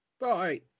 Bye